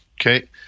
Okay